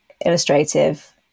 illustrative